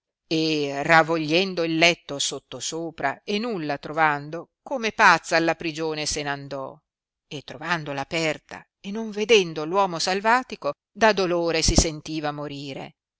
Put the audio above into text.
e ravogliendo il letto sotto sopra e nulla trovando come pazza alla prigione se n andò e trovandola aperta e non vedendo uomo salvatico da dolore si sentiva morire